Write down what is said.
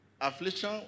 affliction